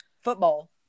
football